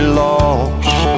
lost